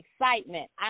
excitement